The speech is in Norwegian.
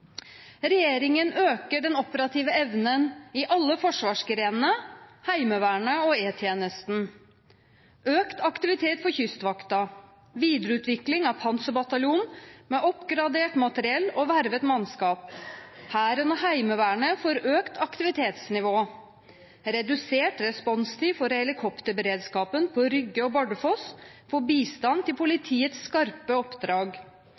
Regjeringen øker den operative evnen i alle forsvarsgrenene, Heimevernet og E-tjenesten. Det blir økt aktivitet for Kystvakten og videreutvikling av Panserbataljonen, med oppgradert materiell og vervet mannskap. Hæren og Heimevernet får økt aktivitetsnivå. Det blir redusert responstid for helikopterberedskapen på Rygge og Bardufoss, for å gi bistand til politiet ved skarpe oppdrag.